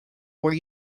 were